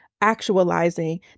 actualizing